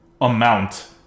amount